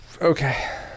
Okay